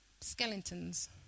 Skeletons